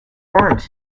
formed